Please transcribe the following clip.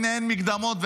ואין מקדמות,